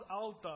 alta